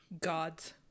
gods